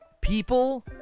people